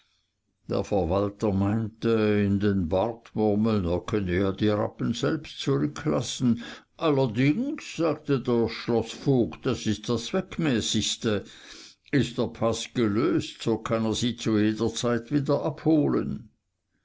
in den bart murmelnd er könne ja die rappen selbst zurücklassen allerdings sagte der schloßvogt das ist das zweckmäßigste ist der paß gelöst so kann er sie zu jeder zeit wieder abholen